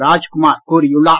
ராஜ்குமார் கூறியுள்ளார்